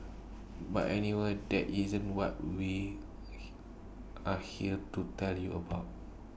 but anyway that isn't what we are here to tell you about